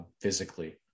physically